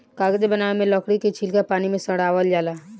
कागज बनावे मे लकड़ी के छीलका पानी मे सड़ावल जाला